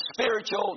spiritual